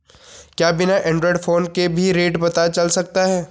क्या बिना Android phone के भी रेट पता चल सकता है?